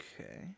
Okay